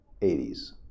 80s